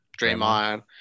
Draymond